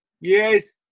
Yes